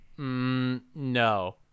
No